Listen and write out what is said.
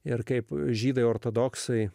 ir kaip žydai ortodoksai